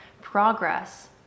progress